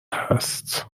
هست